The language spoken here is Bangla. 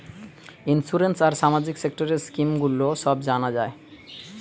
ইন্সুরেন্স আর সামাজিক সেক্টরের স্কিম গুলো সব জানা যায়